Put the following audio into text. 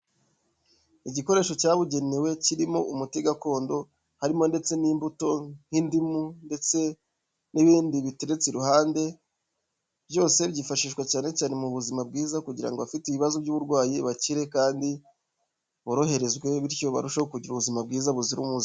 Igikoresho cyabugenewe kirimo umuti gakondo harimo ndetse n'imbuto nk'indimu ndetse n'ibindi biteretse iruhande, byose byifashishwa cyane cyane mu buzima bwiza kugira ngo aba bafite ibibazo by'uburwayi bakire kandi boroherezwe, bityo barusheho kugira ubuzima bwiza buzira umuze..